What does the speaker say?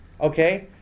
Okay